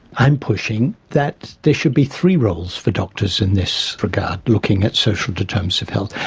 i'm pushing that there should be three roles for doctors in this regard looking at social determinants of health.